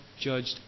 judged